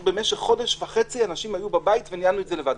במשך חודש וחצי אנשים היו בבית וניהלנו את זה לבד.